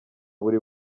buri